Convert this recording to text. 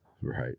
Right